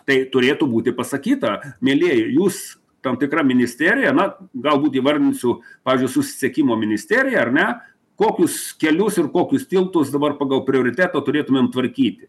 tai turėtų būti pasakyta mielieji jūs tam tikra ministerija na galbūt įvardinsiu pavyzdžiui susisiekimo ministeriją ar ne kokius kelius ir kokius tiltus dabar pagal prioritetą turėtumėm tvarkyti